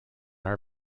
are